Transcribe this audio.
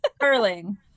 Curling